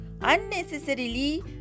unnecessarily